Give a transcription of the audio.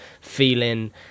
feeling